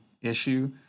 issue